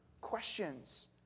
questions